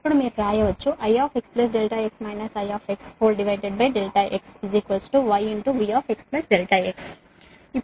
ఇప్పుడు మీరు వ్రాయవచ్చు Ix∆x I∆x yVx∆x